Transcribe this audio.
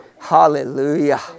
Hallelujah